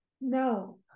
No